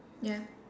ya